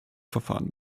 verfahren